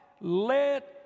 let